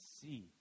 see